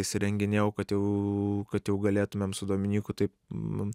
įsirenginėjau kad jau kad jau galėtumėm su dominyku taip nu